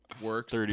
Works